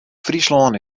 fryslân